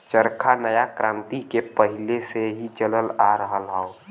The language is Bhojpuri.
चरखा नया क्रांति के पहिले से ही चलल आ रहल हौ